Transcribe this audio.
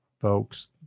folks